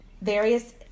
various